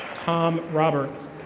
tom roberts.